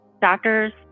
doctors